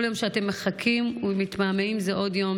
כל יום שאתם מחכים ומתמהמהים זה עוד יום